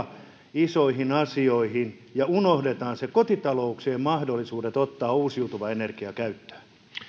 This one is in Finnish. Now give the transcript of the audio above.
isoihin asioihin ja unohdetaan kotitalouksien mahdollisuudet ottaa uusiutuvaa energiaa käyttöön